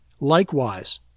Likewise